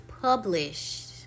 published